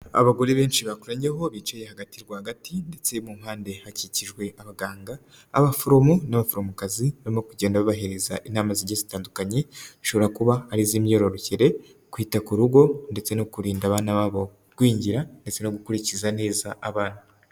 Abagore benshi bakoranyeho bicaye hagati rwagati ndetse mu mpande hakikijwe abaganga, abaforomo n'abaforomokazi, barimo kugenda babahereza inama zigiye zitandukanye ashobora kuba ari iz'imyororokere, kwita ku rugo ndetse no kurinda abana babo kugwingira ndetse no gukurikiza neza abana.